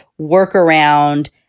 workaround